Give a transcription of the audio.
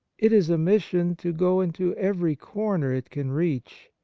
it is a mission to go into every corner it can reach,